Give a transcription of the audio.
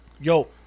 Yo